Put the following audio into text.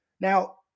Now